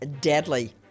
deadly